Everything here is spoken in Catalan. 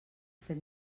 fet